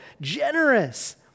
generous